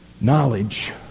knowledge